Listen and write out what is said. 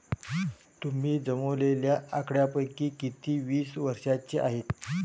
तुम्ही जमवलेल्या आकड्यांपैकी किती वीस वर्षांचे आहेत?